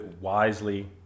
wisely